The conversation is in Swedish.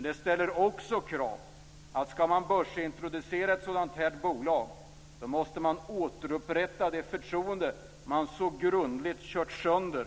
Det ställer också följande krav: Ska man börsintroducera ett sådant här bolag måste man återupprätta det förtroende som man så grundligt kört sönder.